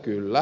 kyllä